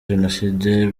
jenoside